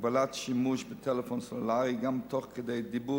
הגבלת השימוש בטלפון הסלולרי גם תוך כדי דיבור